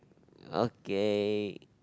okay